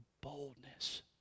boldness